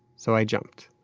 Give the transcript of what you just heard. so i jumped.